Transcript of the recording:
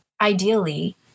ideally